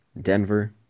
Denver